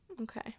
Okay